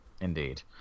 Indeed